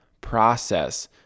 process